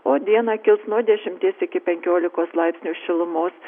o dieną kils nuo dešimties iki penkiolikos laipsnių šilumos